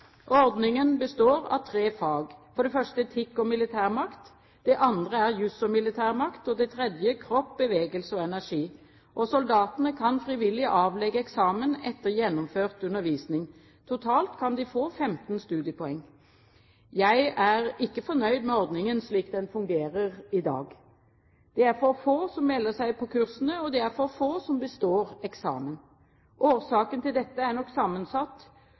Ordningen består av tre fag: Det første er etikk og militærmakt, det andre er jus og militærmakt, og det tredje er faget kropp, bevegelse og energi. Soldatene kan frivillig avlegge eksamen etter gjennomført undervisning. Totalt kan de få 15 studiepoeng. Jeg er ikke fornøyd med ordningen slik den fungerer i dag. Det er for få som melder seg på kursene, og det er for få som består eksamen. Årsaken til dette er nok sammensatt.